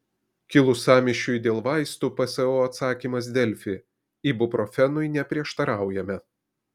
kilus sąmyšiui dėl vaistų pso atsakymas delfi ibuprofenui neprieštaraujame